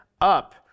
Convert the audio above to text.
up